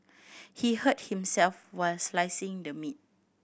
he hurt himself while slicing the meat